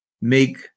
make